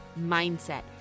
mindset